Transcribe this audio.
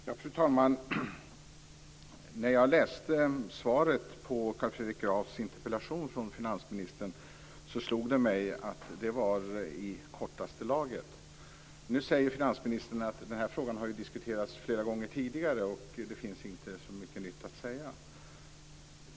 Fru talman! När jag läste finansministerns svar på Carl Fredrik Grafs interpellation slog det mig att det var i kortaste laget. Nu säger finansministern att den här frågan har diskuterats flera gånger tidigare och att det inte finns så mycket nytt att säga.